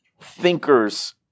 thinkers